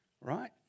Right